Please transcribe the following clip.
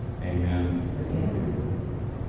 Amen